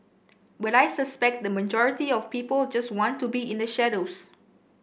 but I suspect the majority of people just want to be in the shadows